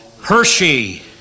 Hershey